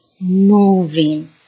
moving